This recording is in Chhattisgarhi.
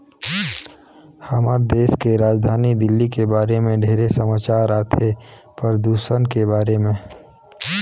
हमर देश के राजधानी दिल्ली के बारे मे ढेरे समाचार आथे, परदूषन के बारे में